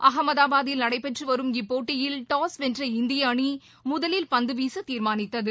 அகமதாபாதில் நடைபெற்று வரும் இப்போட்டியில் டாஸ் வென்ற இந்திய அணி முதலில் பந்து வீச தீர்மானித்தது